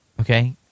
Okay